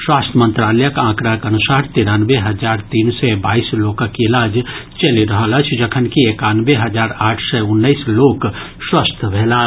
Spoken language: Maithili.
स्वास्थ्य मंत्रालयक आंकड़ाक अनुसार तिरानवे हजार तीन सय बाइंस लोकक इलाज चलि रहल अछि जखनकि एकानवे हजार आठ सय उन्नैस लोक स्वस्थ भेलाह